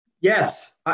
yes